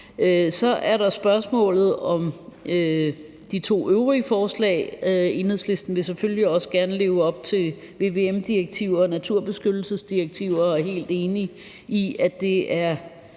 Så er der spørgsmålet om de to øvrige forslag. Enhedslisten vil selvfølgelig også gerne leve op til vvm-direktivet og naturbeskyttelsesdirektiver og er helt enig i, at det er